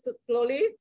slowly